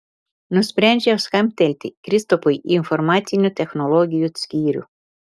nusprendžiau skambtelti kristupui į informacinių technologijų skyrių